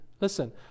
Listen